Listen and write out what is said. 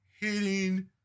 hitting